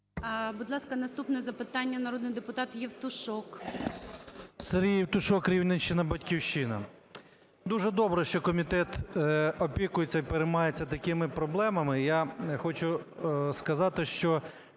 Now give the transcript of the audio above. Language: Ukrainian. Будь ласка, наступне запитання. Народний депутат Євтушок. 13:06:08 ЄВТУШОК С.М. Сергій Євтушок, Рівненщина, "Батьківщина". Дуже добре, що комітет опікується і переймається такими проблемами. Я хочу сказати, що,